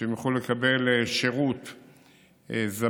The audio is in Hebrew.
שהם יוכלו לקבל שירות זמין.